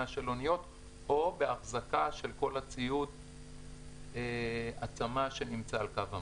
של אוניות או באחזקה של כל הציוד שנמצא על קו המים.